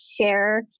share